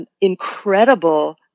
incredible